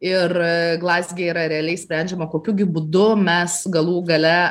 ir glazge yra realiai sprendžiama kokiu gi būdu mes galų gale